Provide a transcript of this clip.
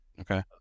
Okay